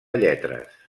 lletres